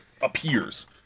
appears